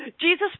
Jesus